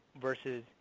versus